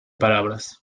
palabras